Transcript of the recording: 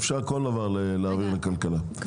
אם